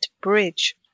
bridge